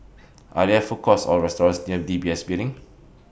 Are There Food Courts Or restaurants near D B S Building